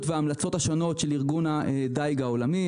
וההמלצות השונות של ארגון החקלאות והדיג העולמי.